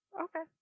Okay